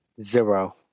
Zero